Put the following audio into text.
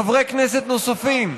חברי כנסת נוספים,